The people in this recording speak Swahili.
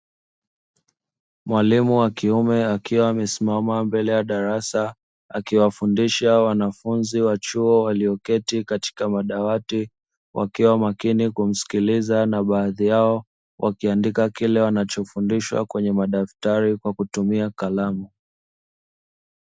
Mwalimu wa kiume akiwa amesimama mbele ya darasa, akiwafundisha wanafunzi wa chuo walioketi katika madawati, wakiwa makini wakimsikiliza, na baadhi yao wakiandika kile wanachofundishwa kwenye madaftari kwa kutumia kalamu.